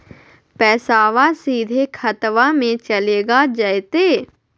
पैसाबा सीधे खतबा मे चलेगा जयते?